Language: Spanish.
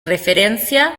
referencia